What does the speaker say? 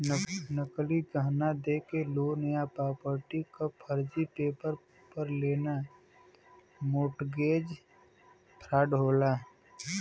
नकली गहना देके लोन लेना या प्रॉपर्टी क फर्जी पेपर पर लेना मोर्टगेज फ्रॉड होला